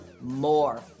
more